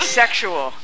sexual